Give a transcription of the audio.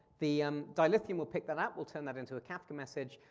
the um dilithium will pick that up, will turn that into a kafka message,